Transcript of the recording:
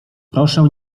proszę